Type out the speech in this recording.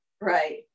right